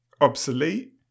obsolete